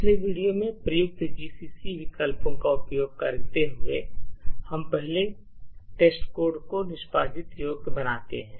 पिछले वीडियो में प्रयुक्त gcc विकल्पों का उपयोग करते हुए हम पहले टेस्टकोड को निष्पादन योग्य बनाते हैं